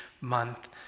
month